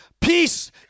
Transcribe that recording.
peace